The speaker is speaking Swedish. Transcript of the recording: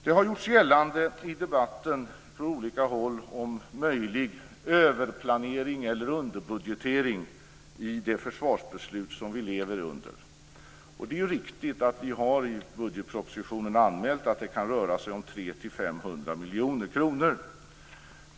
Det har gjorts gällande från olika håll i debatten att det möjligen kan röra sig om överplanering eller underbudgetering i det försvarsbeslut som vi lever under. Det är riktigt att vi i budgetpropositionen anmält att det kan röra sig om 300-500 miljoner kronor.